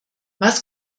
was